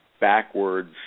backwards